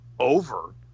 over